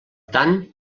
tant